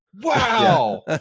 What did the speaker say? Wow